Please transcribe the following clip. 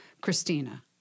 Christina